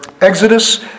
Exodus